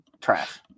trash